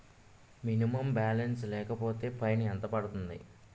Minimum balance లేకపోతే fine ఎంత పడుతుంది?